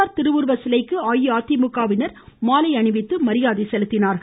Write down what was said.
R திருவுருவ சிலைக்கு அஇஅதிமுகவினர் இன்று மாலைஅணிவித்து மரியாதை செலுத்தினர்